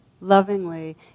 lovingly